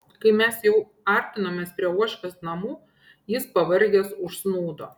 kai mes jau artinomės prie uošvės namų jis pavargęs užsnūdo